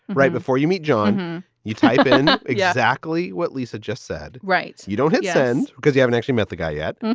right before you meet john. you type in ah exactly what lisa just said, right? you don't hit send because you haven't actually met the guy yet.